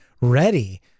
ready